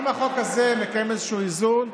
גם החוק הזה מקיים איזשהו איזון,